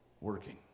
working